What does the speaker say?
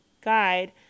guide